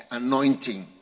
anointing